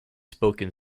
spoken